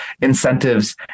incentives